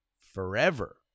forever